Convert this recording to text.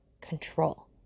control